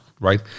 right